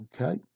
Okay